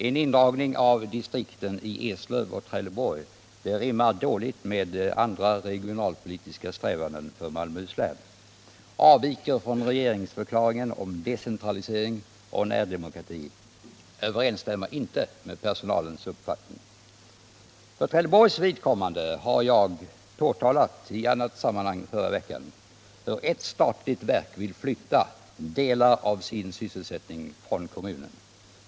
En indragning av distrikten i Eslöv och Trelleborg rimmar dåligt med andra regionalpolitiska strävanden för Malmöhus län, avviker från regeringsförklaringen om decentralisering och närdemokrati, överensstämmer inte med personalens uppfattning. För Trelleborgs vidkommande har jag i annat sammanhang förra veckan påtalat hur ett statligt verk vill flytta delar av sin sysselsättning från kommunen.